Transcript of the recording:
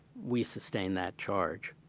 we sustain that charge.